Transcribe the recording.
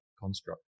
construct